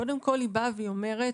קודם כל היא באה והיא אומרת